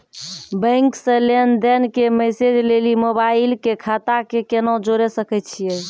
Bank से लेंन देंन के मैसेज लेली मोबाइल के खाता के केना जोड़े सकय छियै?